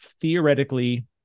theoretically